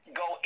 go